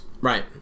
Right